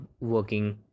working